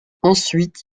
ensuite